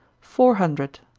four hundred.